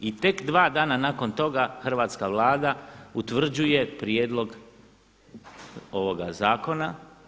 I tek dva dana nakon toga hrvatska Vlada utvrđuje prijedlog ovoga zakona.